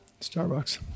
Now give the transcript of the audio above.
Starbucks